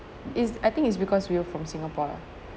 is I think it's because we are from singapore